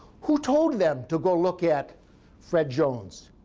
who told them to go look at fred jones?